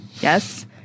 Yes